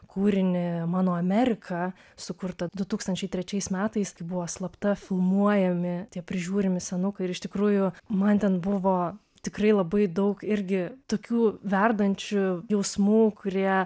kūrinį mano amerika sukurtą du tūkstančiai trečiaisiais metais kai buvo slapta filmuojami tie prižiūrimi senukai ir iš tikrųjų man ten buvo tikrai labai daug irgi tokių verdančių jausmų kurie